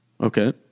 Okay